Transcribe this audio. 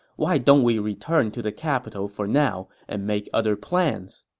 why don't we return to the capital for now and make other plans?